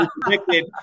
predicted